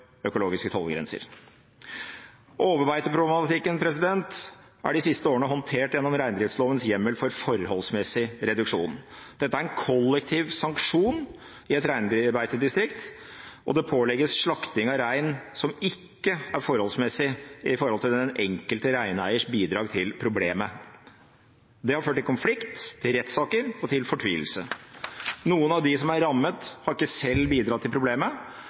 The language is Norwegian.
økologiske tålegrenser. Overbeiteproblematikken er de siste årene håndtert gjennom reindriftslovens hjemmel for forholdsmessig reduksjon. Dette er en kollektiv sanksjon i et reinbeitedistrikt, og det pålegges slakting av rein som ikke er forholdsmessig i forhold til den enkelte reineiers bidrag til problemet. Det har ført til konflikt, til rettssaker og til fortvilelse. Noen av dem som er rammet, har ikke selv bidratt til problemet,